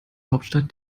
hauptstadt